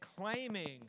claiming